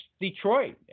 Detroit